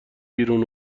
بیرون